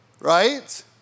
right